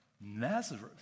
Nazareth